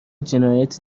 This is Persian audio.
جنایت